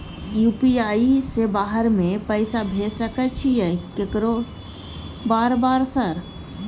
UPI से बाहर में पैसा भेज सकय छीयै केकरो बार बार सर?